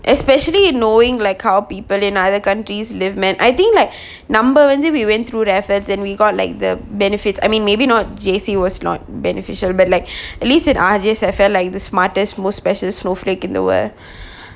especially in knowing like how people in other countries live man I think like நம்ப வந்து:namba vanthu we went through efforts and we got like the benefits I mean maybe not J_C was not beneficial but like R_J has have the smartest most special snowflake in the world